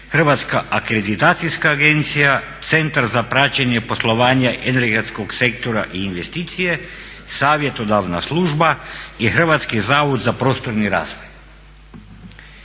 Hrvatska akreditacijska agencija, Centar za praćenje poslovanja energetskog sektora i investicije, Savjetodavna služba i Hrvatski zavod za prostorni razvoj.